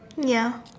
ya